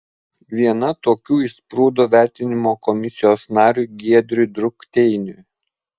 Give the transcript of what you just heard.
viena tokių išsprūdo vertinimo komisijos nariui giedriui drukteiniui